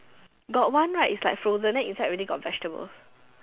got one right is like frozen then inside already got vegetable